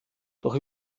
doch